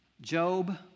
Job